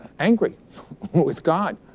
angry with god.